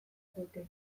dute